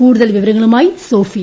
കൂടുതൽ വിവരങ്ങളുമായി സ്യോഫിയ